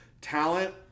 talent